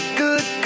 good